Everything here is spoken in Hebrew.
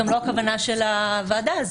זאת גם לא הכוונה של הוועדה הזאת,